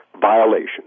violation